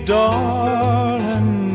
darling